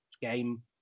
game